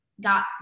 got